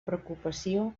preocupació